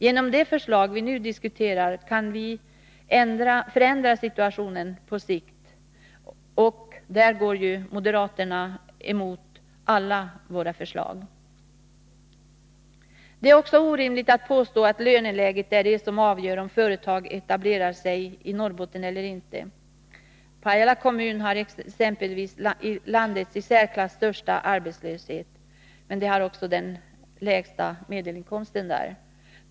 Genom de förslag vi nu diskuterar kan vi förändra situationen på sikt. Där går moderaterna emot alla våra förslag. Det är också orimligt att påstå att löneläget är det som avgör om företag etablerar sig i Norrbotten eller inte. Pajala kommun har exempelvis landets i särklass största arbetslöshet, och även den lägsta medelinkomsten.